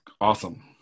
Awesome